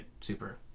super